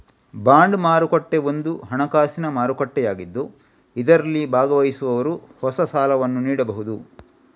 bond ಮಾರುಕಟ್ಟೆ ಒಂದು ಹಣಕಾಸಿನ ಮಾರುಕಟ್ಟೆಯಾಗಿದ್ದು ಇದರಲ್ಲಿ ಭಾಗವಹಿಸುವವರು ಹೊಸ ಸಾಲವನ್ನು ನೀಡಬಹುದು